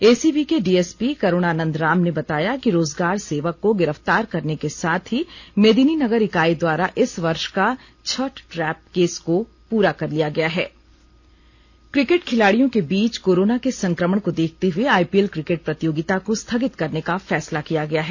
ACB के DSP Karuna Nandram ने बताया कि रोजगार सेवक को गिरफ्तार करने के साथ ही मेदिनीनगर इकाई द्वारा इस वर्ष का छठ ट्रैप केस को पूरा कर लिया गया है क्रिकेट खिलाडियों के बीच कोरोना के संक्रमण को देखते हुए आईपीएल क्रिकेट प्रतियोगिता को स्थगित करने का फैसला किया गया है